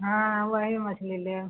हँ वही मछली लेब